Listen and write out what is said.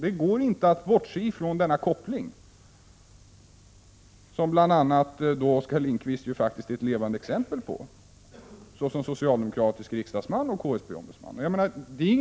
Det går inte att bortse ifrån denna koppling, som Oskar Lindkvist ju faktiskt själv är ett levande exempel på såsom socialdemokratisk riksdagsman och HSB-ombudsman.